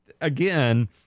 again